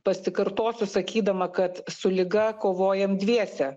pasikartosiu sakydama kad su liga kovojam dviese